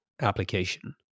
application